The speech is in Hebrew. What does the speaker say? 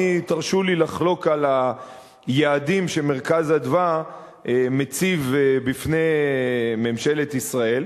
תרשו לי לחלוק על היעדים ש"מרכז אדוה" מציב בפני ממשלת ישראל,